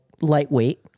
lightweight